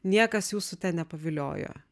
niekas jūsų ten nepaviliojo